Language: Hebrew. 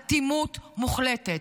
אטימות מוחלטת.